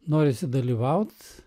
norisi dalyvaut